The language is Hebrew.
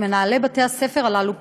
למנהלי בתי-הספר הללו פתרונים.